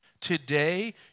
today